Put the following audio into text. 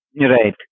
Right